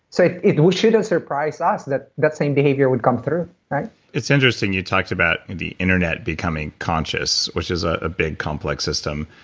so it shouldn't surprise us that that same behavior would come through it's interesting you talked about the internet becoming conscious, which is a big complex system.